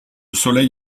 soleil